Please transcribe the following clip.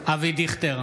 אבי דיכטר,